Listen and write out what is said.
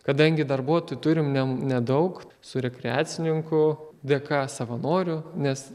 kadangi darbuotojų turim ne nedaug su rekreacininkų dėka savanorių nes